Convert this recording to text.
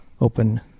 open